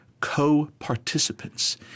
co-participants